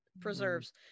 preserves